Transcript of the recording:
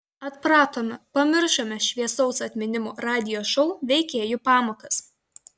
atpratome pamiršome šviesaus atminimo radijo šou veikėjų pamokas